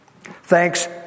Thanks